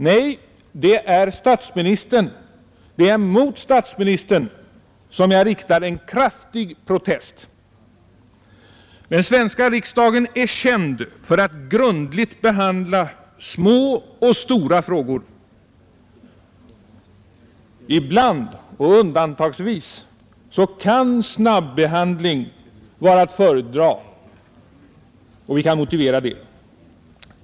Nej, det är mot statsministern som jag riktar en kraftig protest. Den svenska riksdagen är känd för att grundligt behandla små och stora frågor. Ibland kan snabbehandling vara att föredra. Undantagsvis kan vi motivera det.